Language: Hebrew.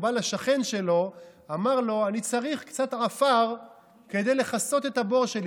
והוא בא לשכן שלו ואמר לו: אני צריך קצת עפר כדי לכסות את הבור שלי.